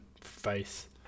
face